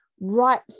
right